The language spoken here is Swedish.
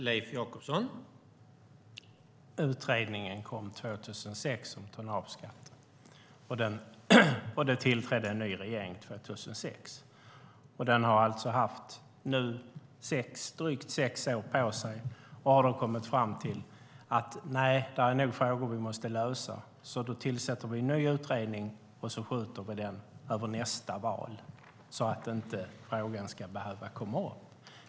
Herr talman! Utredningen om tonnageskatten kom 2006, och det tillträdde en ny regering 2006. Den har alltså nu haft drygt sex år på sig. Vad har de kommit fram till? Det finns nog frågor som vi måste lösa, och då tillsätter vi en ny utredning och skjuter den över nästa val, så att frågan inte behöver komma upp.